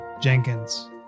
Jenkins